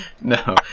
No